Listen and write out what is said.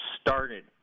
started